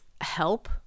help